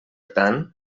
tant